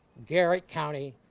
garrett county,